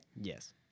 Yes